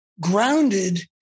grounded